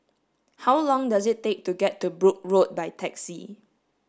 how long does it take to get to Brooke Road by taxi